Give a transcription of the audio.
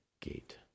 gate